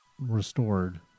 restored